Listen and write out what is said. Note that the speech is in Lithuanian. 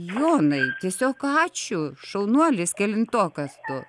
jonai tiesiog ačiū šaunuolis kelintokas tu